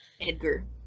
Edgar